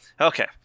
Okay